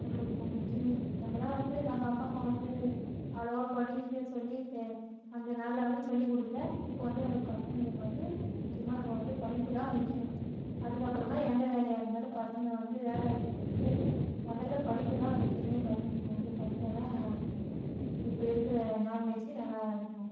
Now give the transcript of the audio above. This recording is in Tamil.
நம்மளுக்கு இப்போ முக்கியமே நம்மள்லாம் வந்து நம்ம அப்பா அம்மா வந்து அவ்வளோவா படிக்க சொல்லி தே அந்த நாளில் வந்து சொல்லிக் கொடுக்கல இப்போ வந்து நம்ம பசங்களுக்கு வந்து முக்கியமாக நம்ம வந்து படிப்பு தான் முக்கியம் அதுக்கப்பறம் தான் எந்த வேலையாக இருந்தாலும் பசங்களை வந்து வேலை வைக்கிறது முதல்ல படிப்பு தான் முக்கியமே பசங்களுக்கு வந்து படித்தா தான் இப்போ இருக்கிற நாலேஜிக்கு நல்லா இருக்கும்